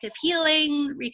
healing